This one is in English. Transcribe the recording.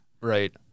Right